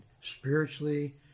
spiritually